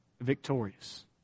victorious